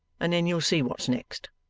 and then you'll see what's next